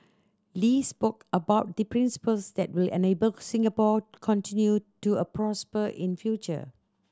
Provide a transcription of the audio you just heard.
Lee spoke about the principles that will enable Singapore continue to a prosper in future